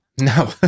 No